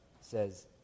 says